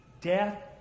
Death